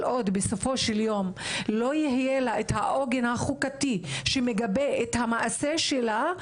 כל עוד בסופו של יום לא יהיה לה את העוגן החוקתי שמגבה את המעשה שלה,